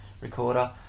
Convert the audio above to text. recorder